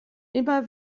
immer